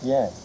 Yes